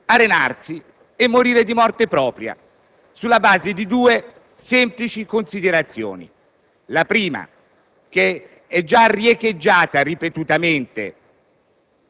arenarsi e morire di morte propria, sulla base di due semplici considerazioni. La prima è già riecheggiata ripetutamente